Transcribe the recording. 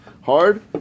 hard